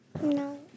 No